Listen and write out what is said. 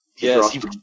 Yes